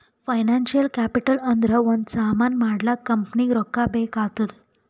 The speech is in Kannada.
ಫೈನಾನ್ಸಿಯಲ್ ಕ್ಯಾಪಿಟಲ್ ಅಂದುರ್ ಒಂದ್ ಸಾಮಾನ್ ಮಾಡ್ಲಾಕ ಕಂಪನಿಗ್ ರೊಕ್ಕಾ ಬೇಕ್ ಆತ್ತುದ್